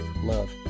Love